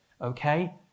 Okay